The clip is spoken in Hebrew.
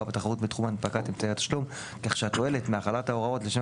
בתחרות בתחום הנפקת אמצעי התשלום כך שהתועלת מהחלת ההוראות לשם